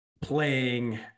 playing